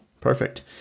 perfect